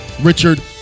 Richard